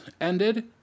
ended